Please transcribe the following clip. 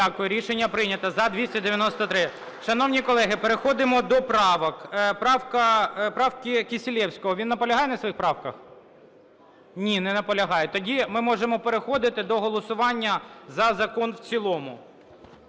Дякую. Рішення прийнято. За – 293. Шановні колеги, переходимо до правок. Правки Кисилевського. Він наполягає на своїх правках? Ні, не наполягає. Тоді ми можемо переходити до голосування за закон в цілому.